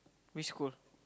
which school